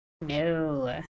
No